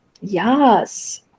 Yes